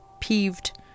peeved